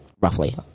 roughly